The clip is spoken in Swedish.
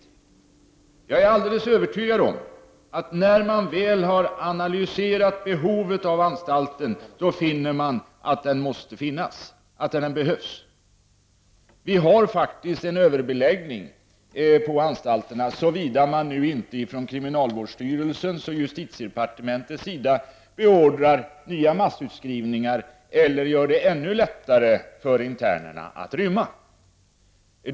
Jag är alldeles övertygad om att när man väl har analyserat behovet av anstalten, finner man att den behövs. Vi har faktiskt en överbeläggning på anstalterna, såvida nu inte kriminalvårdsstyrelsen och justitiedepartementet berordrar nya massutskrivningar eller gör det ännu lättare för internerna att rymma.